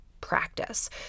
practice